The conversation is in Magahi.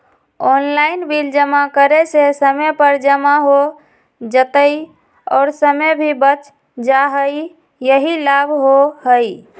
ऑनलाइन बिल जमा करे से समय पर जमा हो जतई और समय भी बच जाहई यही लाभ होहई?